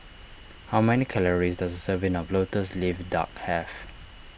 how many calories does serving of Lotus Leaf Duck have